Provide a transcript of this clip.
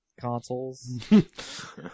consoles